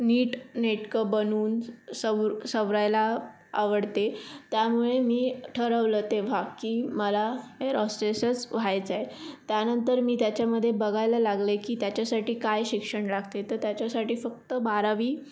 नीट नेटकं बनून सवु सवरायला आवडते त्यामुळे मी ठरवलं तेव्हा की मला एअर होस्टेसच व्हायचं आहे त्यानंतर मी त्याच्यामध्ये बघायला लागले की त्याच्यासाठी काय शिक्षण लागते तर त्याच्यासाठी फक्त बारावी